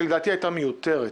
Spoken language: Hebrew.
שלדעתי הייתה מיותרת,